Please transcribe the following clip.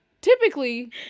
Typically